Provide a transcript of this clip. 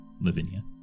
Lavinia